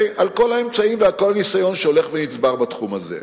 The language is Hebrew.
על כל האמצעים ועל כל הניסיון שהולך ונצבר בתחום הזה.